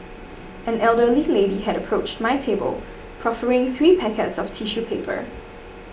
an elderly lady had approached my table proffering three packets of tissue paper